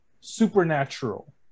supernatural